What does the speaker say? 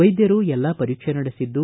ವೈದ್ಯರು ಎಲ್ಲಾ ಪರೀಕ್ಷೆ ನಡೆಸಿದ್ದು